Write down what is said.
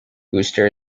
brewster